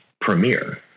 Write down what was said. premiere